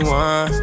one